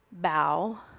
bow